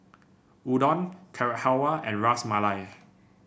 Udon Carrot Halwa and Ras Malai